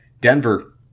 Denver